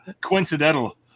Coincidental